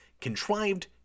Contrived